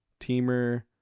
teamer